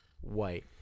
white